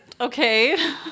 okay